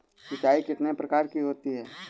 सिंचाई कितनी प्रकार की होती हैं?